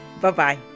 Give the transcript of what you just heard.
Bye-bye